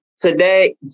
today